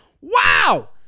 Wow